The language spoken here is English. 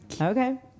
Okay